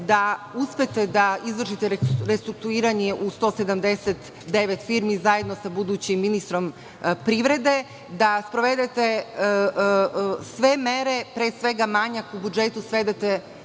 da uspete da izvršite restrukturiranje u 179 firmi zajedno sa budućim ministrom privrede, da sprovedete sve mere, pre svega da manjak u budžetu svedete